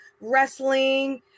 wrestling